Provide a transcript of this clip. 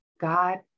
God